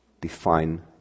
define